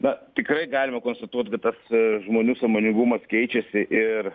na tikrai galime konstatuot kad tas žmonių sąmoningumas keičiasi ir